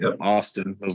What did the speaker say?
Austin